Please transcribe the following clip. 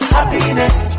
Happiness